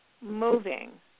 moving